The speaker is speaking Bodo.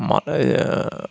मा